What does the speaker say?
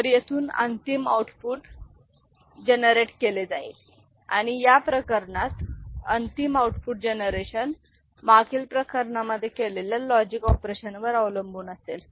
तर येथून अंतिम आउटपुट व्युत्पन्न केले जाईल आणि या प्रकरणात अंतिम आउटपुट जनरेशन मागील प्रकरणांमध्ये केलेल्या लॉजिक ऑपरेशनवर अवलंबून असेल